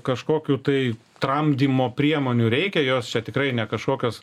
kažkokių tai tramdymo priemonių reikia jos čia tikrai ne kažkokios